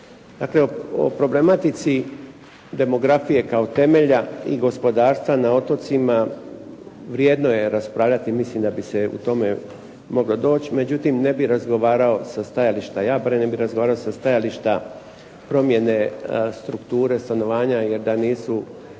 Dakle, o problematici demografije kao temelja i gospodarstva na otocima vrijedno je raspravljati, mislim da bi se u tome moglo doći. Međutim, ne bih razgovarao sa stajališta … /Govornik se ne razumije./ … nego sa stajališta promjene strukture stanovanja, jer da nisu